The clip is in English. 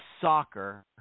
soccer